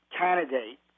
candidate